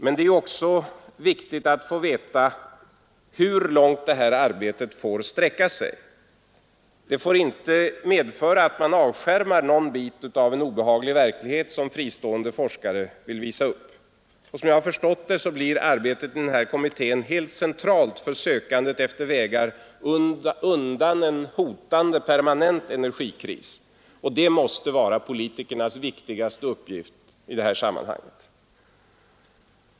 Men det är också viktigt att få veta hur långt det här arbetet får sträcka sig. Det får inte medföra att man avskärmar någon bit av en obehaglig verklighet som fristående forskare vill visa upp. Som jag förstått det blir arbetet i den här kommittén helt centralt för sökandet efter vägar undan en hotande permanent energikris, och det måste vara politikernas viktigaste uppgift i det här sammanhanget.